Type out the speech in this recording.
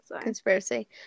conspiracy